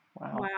Wow